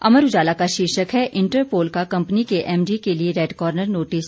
अमर उजाला का शीर्षक है इंटरपोल का कंपनी के एमडी के लिए रेड कॉर्नर नोटिस